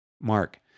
Mark